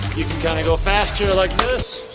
you can kinda go faster like this.